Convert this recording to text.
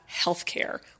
healthcare